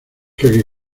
que